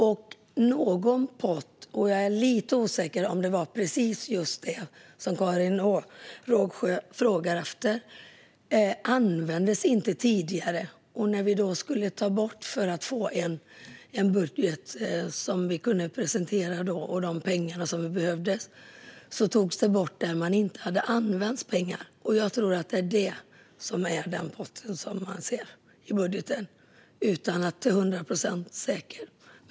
Jag är lite osäker på om det Karin Rågsjö frågar om är den pott som inte hade använts tidigare. För att kunna presentera en budget med de pengar som behövdes togs pengar bort som inte hade använts. Jag tror, utan att vara till hundra procent säker, att det är den potten som man ser i budgeten.